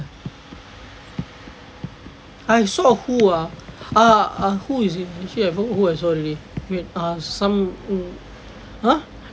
I saw who ah ah who is it I forgot who as well already wait err some !huh!